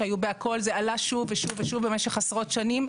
זה עלה שוב ושוב ושוב במשך עשרות שנים,